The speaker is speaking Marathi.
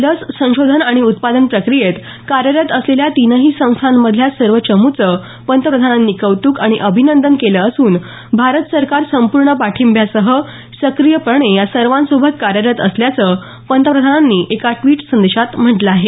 लस संशोधन आणि उत्पादन प्रक्रियेत कार्यरत असलेल्या तीनही संस्थांमधल्या सर्व चमूचं पंतप्रधानांनी कौतुक आणि अभिनंदन केलं असून भारत सरकार संपूर्ण पाठिंब्यासह सक्रियपणे या सर्वांसोबत कार्यरत असल्याचं पंतप्रधानांनी एका द्विट संदेशात म्हटलं आहे